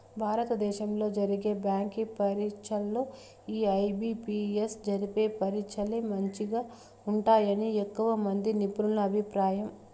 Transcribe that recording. భారత దేశంలో జరిగే బ్యాంకి పరీచ్చల్లో ఈ ఐ.బి.పి.ఎస్ జరిపే పరీచ్చలే మంచిగా ఉంటాయని ఎక్కువమంది నిపునుల అభిప్రాయం